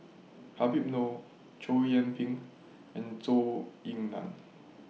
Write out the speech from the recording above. Habib Noh Chow Yian Ping and Zhou Ying NAN